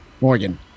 Morgan